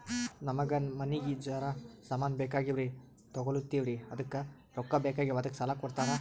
ನಮಗ ಮನಿಗಿ ಜರ ಸಾಮಾನ ಬೇಕಾಗ್ಯಾವ್ರೀ ತೊಗೊಲತ್ತೀವ್ರಿ ಅದಕ್ಕ ರೊಕ್ಕ ಬೆಕಾಗ್ಯಾವ ಅದಕ್ಕ ಸಾಲ ಕೊಡ್ತಾರ?